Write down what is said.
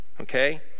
Okay